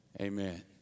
amen